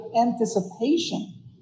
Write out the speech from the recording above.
anticipation